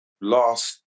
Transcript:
last